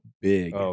big